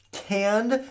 canned